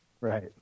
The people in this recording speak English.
right